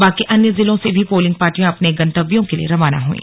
बाकी अन्य जिलों से भी पोलिंग पार्टियां अपने गंतव्यों के लिए रवाना हुईं